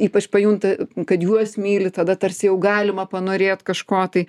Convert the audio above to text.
ypač pajunta kad juos myli tada tarsi jau galima panorėt kažko tai